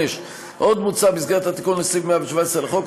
5. עוד מוצע במסגרת התיקון לסעיף 117 לחוק,